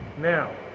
Now